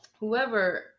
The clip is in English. whoever